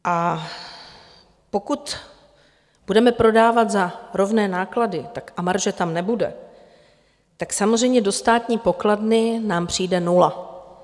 A pokud budeme prodávat za rovné náklady a marže tam nebude, samozřejmě do státní pokladny nám přijde nula.